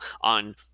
on